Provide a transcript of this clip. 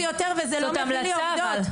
עדיין, זה לא מביא לי עובדות.